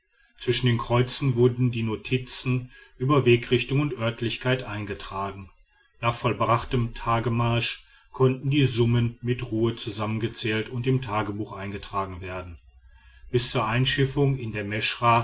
zwischen den kreuzen wurden die notizen über wegrichtung und örtlichkeit eingetragen nach vollbrachtem tagemarsch konnten die summen mit ruhe zusammengezählt und im tagebuch eingetragen werden bis zur einschiffung in der